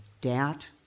Doubt